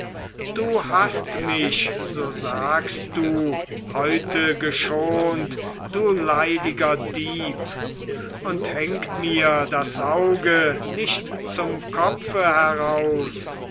du hast mich so sagst du heute geschont du leidiger dieb und hängt mir das auge nicht zum kopfe heraus